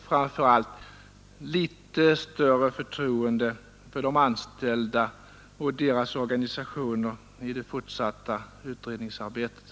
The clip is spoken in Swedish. Framför allt skulle jag önska litet större förtroende för de anställda och deras organisationer i det fortsatta utredningsarbetet.